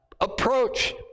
approach